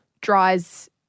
dries